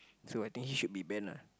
so I think he should be Ben lah